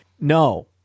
No